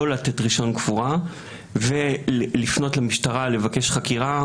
לא לתת רישיון קבורה ולפנות למשטרה לבקש חקירה